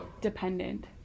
Dependent